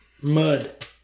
Mud